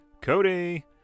Cody